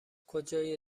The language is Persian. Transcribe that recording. کجای